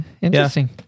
Interesting